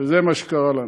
זה מה שקרה לנו.